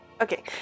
Okay